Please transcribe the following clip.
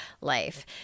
life